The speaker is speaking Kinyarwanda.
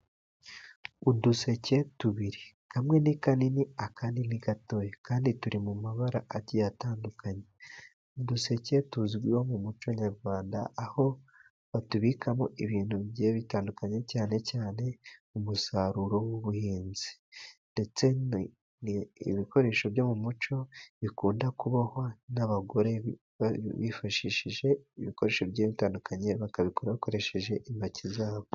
Uduseke tubiri, kamwe ni kanini akandi ni gatoya. Kandi turi mu mabara agiye atandukanye. Uduseke tuzwiho mu muco nyarwanda aho batubikamo ibintu bigye bitandukanye, cyane cyane umusaruro w'ubuhinzi. Ndetse ni ibikoresho byo mu muco bikunda kubohwa n'abagore, bifashishije ibikoreisho bigiye bitandukanye, bakabikora bakoresheje intoki za bo.